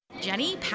Jenny